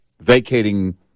Vacating